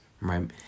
right